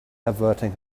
averting